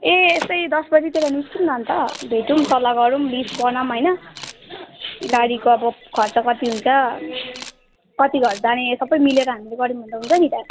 ए यस्तै दस बजीतिर निस्कौँ न अन्त भेटौँ सल्लाह गरौँ लिस्ट बनाउँ होइन गाडीको अब खर्च कति हुन्छ कति घर जाने सबै मिलेर हामीले गऱ्यौँ भने त हुन्छ नि त